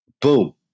Boom